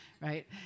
right